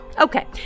Okay